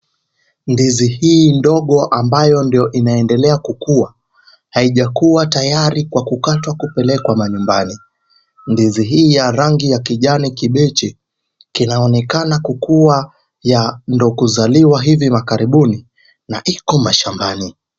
Ndizi hii ndogoo ambayo ndio inaendelea kukua, haijakua tayari kwa kukatwa kupelekwa manyumbani. Ndizi hii ya rangi ya kijani kibichi kinaonekana kukuwa ndio kuzaliwa hivi makaribuni na iko mashambani.